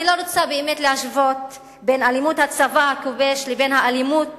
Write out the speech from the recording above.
אני לא רוצה להשוות בין אלימות הצבא הכובש לבין האלימות